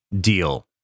deal